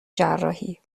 جراحی